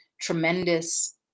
tremendous